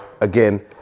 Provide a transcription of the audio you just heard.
again